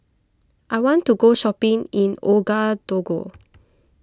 I want to go shopping in Ouagadougou